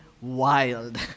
wild